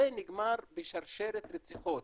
זה נגמר בשרשרת רציחות